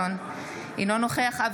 אינו נוכח סימון דוידסון,